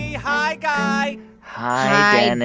hi, guy hi, and